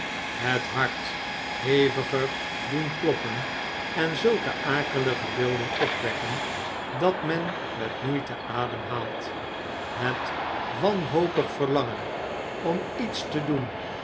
het hart heviger doen kloppen en zulke akelige beelden opwekken dat men met moeite ademhaalt het wanhopig verlangen om ietste doen